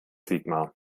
sigmar